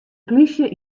polysje